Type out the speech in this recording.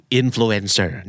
influencer